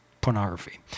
pornography